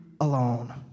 alone